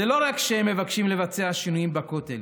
זה לא רק שהם מבקשים לבצע שינויים בכותל,